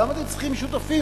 למה אתם צריכים שותפים?